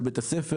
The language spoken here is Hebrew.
על בית הספר,